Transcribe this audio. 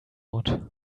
out